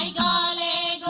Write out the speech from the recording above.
ah da da